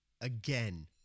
again